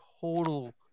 total